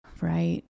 Right